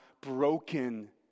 broken